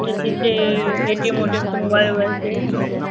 जैसी से A T M O T M से मोबाइल ओबाइल से ऐसे